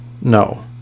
no